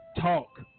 talk